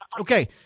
Okay